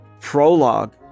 prologue